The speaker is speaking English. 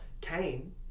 Cain